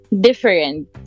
different